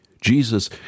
Jesus